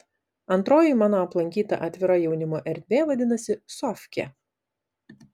antroji mano aplankyta atvira jaunimo erdvė vadinasi sofkė